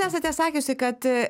esate sakiusi kad